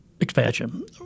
expansion